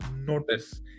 notice